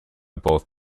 both